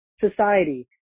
society